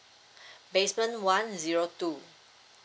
basement one zero two